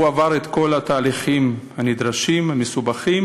הוא עבר את כל התהליכים הנדרשים, המסובכים,